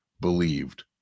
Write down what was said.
believed